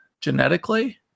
genetically